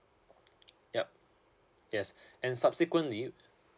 yup yes and subsequently